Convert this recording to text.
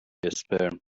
اسپرم